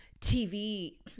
TV